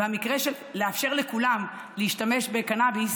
לאפשר לכולם להשתמש בקנביס,